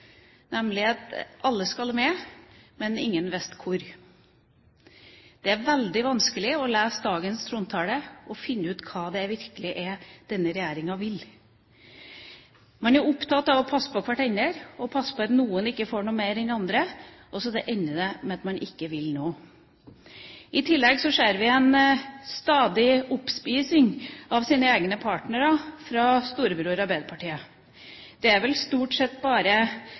nemlig at alle skal med, men ingen visste hvor. Det er veldig vanskelig å lese dagens trontale og finne ut hva det er denne regjeringa virkelig vil. Man er opptatt av å passe på hverandre og passe på at noen ikke får noe mer enn andre, og så ender det med at man ikke vil noe. I tillegg ser vi en stadig oppspising av egne partnere, fra storebror Arbeiderpartiet. Det er vel stort sett bare